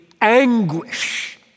anguish